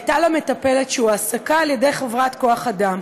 הייתה לה מטפלת שהועסקה על ידי חברת כוח אדם.